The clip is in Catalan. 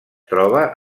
troba